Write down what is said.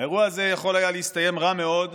האירוע הזה יכול היה להסתיים רע מאוד,